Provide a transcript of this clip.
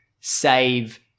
save